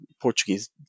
Portuguese